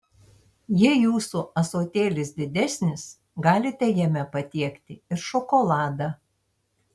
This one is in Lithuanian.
jei jūsų ąsotėlis didesnis galite jame patiekti ir šokoladą